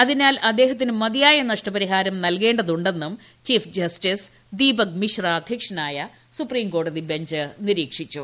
അതിനാൽ അദ്ദേഹത്തിന് മതിയായ നഷ്ടപരിഹാരം നൽകേ തു െ ന്നും ചീഫ് ജസ്റ്റിസ് ദീപക് മിശ്ര അധ്യക്ഷനായ സുപ്രീംകോടതി ബെഞ്ച് നിരീക്ഷിച്ചു